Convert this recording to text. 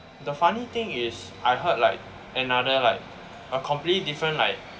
the funny thing is I heard like another like a completely different like